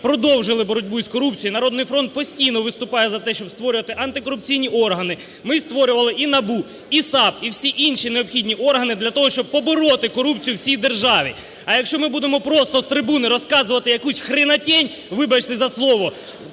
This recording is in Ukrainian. продовжили боротьби із корупцією. "Народний фронт" постійно виступає за те, щоб створювати антикорупційні органи. Ми створювали і НАБУ, і САП, і всі інші необхідні органи для того, щоб побороти корупцію в цій державі. А, якщо ми будемо просто з трибуни розказувати якусь хренотень, вибачте за слово,